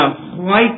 white